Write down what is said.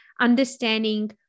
understanding